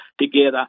together